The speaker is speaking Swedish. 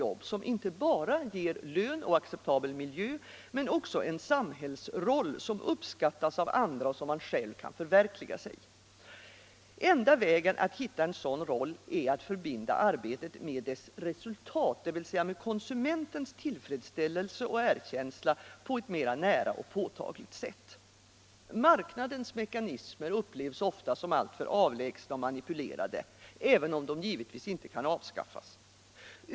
jobb som inte bara ger lön och acceptabel miljö utan också en samhällsroll som uppskattas av andra och som man själv kan förverkliga sig i. Enda vägen att finna en sådan roll är att förbinda arbetet med dess resultat, dvs. konsumentens tillfredsställelse och erkänsla, på ett mera nära och påtagligt sätt. Marknadens mekanismer upplevs ofta som alltför avlägsna och manipulerade, även om de givetvis inte kan avskaffas.